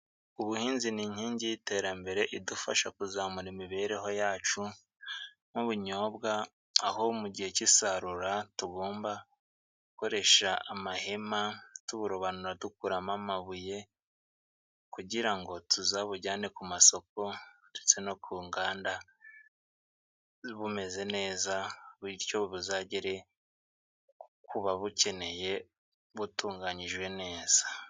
Ubuhinzi ni inkingi y'iterambere idufasha kuzamura imibereho yacu, nk'ubunyobwa aho mu gihe cy'isarura tugomba gukoresha amahema, tuburobanura dukuramo amabuye kugira ngo tuzabujyane ku masoko ndetse no ku nganda bumeze neza, bityo buzagere ku babukeneye butunganyijwe neza.